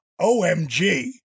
OMG